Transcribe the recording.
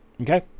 Okay